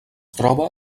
troba